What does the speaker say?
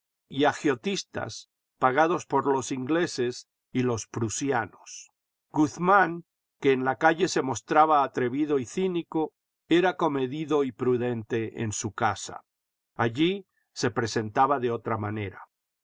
agiotistas pagados por los ingleses y los prusianos guzmán que en la calle se mostraba atrevido y cínico era comedido y prudente en su casa allí se presentaba de otra manera